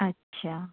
अच्छा